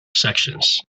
sections